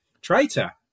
Traitor